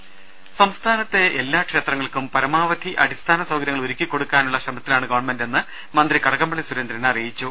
ദദദ സംസ്ഥാനത്തെ എല്ലാ ക്ഷേത്രങ്ങൾക്കും പരമാവധി അടിസ്ഥാന സൌകര്യങ്ങൾ ഒരുക്കി കൊടുക്കുവാനുള്ള ശ്രമത്തിലാണ് ഗവൺമെന്റെന്ന് മന്ത്രി കടകംപളളി സുരേന്ദ്രൻ പറഞ്ഞു